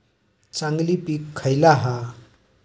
चांगली पीक खयला हा?